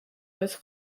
was